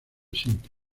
simple